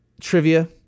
trivia